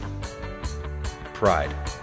Pride